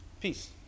Peace